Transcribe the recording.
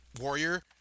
warrior